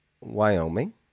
Wyoming